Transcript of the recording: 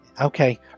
Okay